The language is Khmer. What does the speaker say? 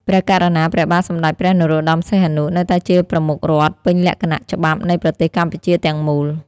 ព្រះករុណាព្រះបាទសម្តេចព្រះនរោត្តម សីហនុ នៅតែជាប្រមុខរដ្ឋ ពេញលក្ខណៈច្បាប់ នៃប្រទេសកម្ពុជាទាំងមូល។